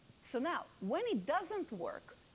so now when it doesn't work,